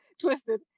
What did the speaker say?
twisted